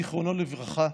זיכרונו לברכה,